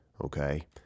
okay